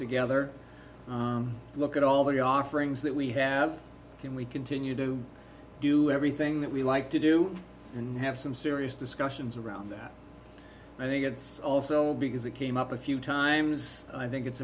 together look at all of the offerings that we have and we continue to do everything that we like to do and have some serious discussions around that i think it's also because it came up a few times i think it's